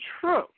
True